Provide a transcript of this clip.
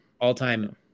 all-time